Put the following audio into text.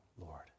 Lord